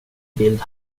bild